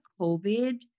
COVID